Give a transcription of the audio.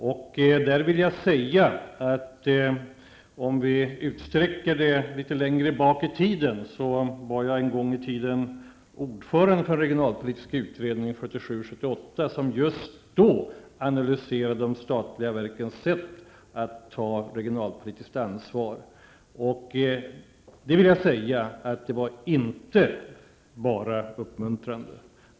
Om vi går en bit tillbaka i tiden, var jag ordförande för regionalpolitiska utredningen 1977 till 1978 som just då analyserade de statliga verkens sätt att ta regionalpolitiskt ansvar. Den utredningen var inte bara uppmuntrande.